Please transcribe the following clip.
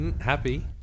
happy